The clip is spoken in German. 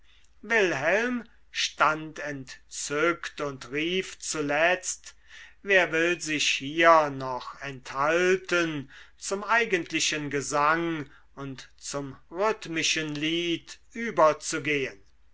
wilhelm stand entzückt und rief zuletzt wer will sich hier noch enthalten zum eigentlichen gesang und zum rhythmischen lied überzugehen